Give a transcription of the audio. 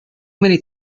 many